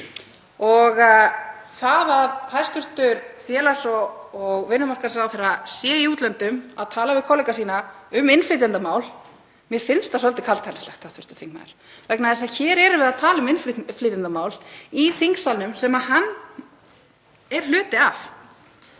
Það að hæstv. félags- og vinnumarkaðsráðherra sé í útlöndum að tala við kollega sína um innflytjendamál — mér finnst það svolítið kaldhæðnislegt, hv. þingmaður, vegna þess að hér erum við að tala um innflytjendamál í þingsalnum sem hann er hluti af.